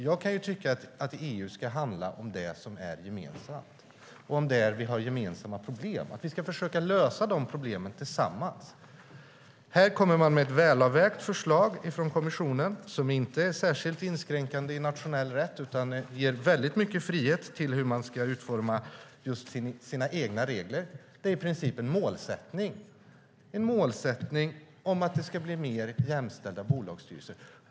Jag kan tycka att EU ska handla om det som är gemensamt, om det där vi har gemensamma problem. Vi ska försöka lösa de problemen tillsammans. Här kommer man med ett väl avvägt förslag från kommissionen som inte är särskilt inskränkande i nationell rätt utan ger väldigt mycket frihet att utforma sina egna regler. Det är i princip en målsättning, en målsättning om att det ska bli mer jämställda bolagsstyrelser.